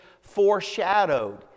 foreshadowed